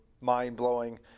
mind-blowing